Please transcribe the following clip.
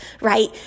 right